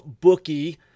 bookie